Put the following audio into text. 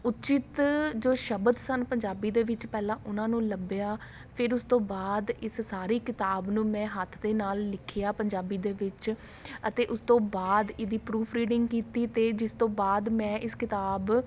ਉਚਿਤ ਜੋ ਸ਼ਬਦ ਸਨ ਪੰਜਾਬੀ ਦੇ ਵਿੱਚ ਪਹਿਲਾਂ ਉਹਨਾਂ ਨੂੰ ਲੱਭਿਆ ਫਿਰ ਉਸ ਤੋਂ ਬਾਅਦ ਇਸ ਸਾਰੀ ਕਿਤਾਬ ਨੂੰ ਮੈਂ ਹੱਥ ਦੇ ਨਾਲ ਲਿਖਿਆ ਪੰਜਾਬੀ ਦੇ ਵਿੱਚ ਅਤੇ ਉਸ ਤੋਂ ਬਾਅਦ ਇਹਦੀ ਪਰੂਫਰੀਡਿੰਗ ਕੀਤੀ ਅਤੇ ਜਿਸ ਤੋਂ ਬਾਅਦ ਮੈਂ ਇਸ ਕਿਤਾਬ